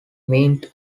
meant